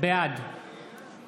בעד